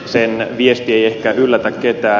sen viesti ei ehkä yllätä ketään